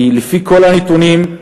כי לפי כל הנתונים,